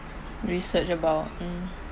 research about mm